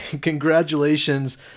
Congratulations